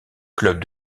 club